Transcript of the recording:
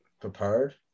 prepared